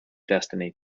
destiny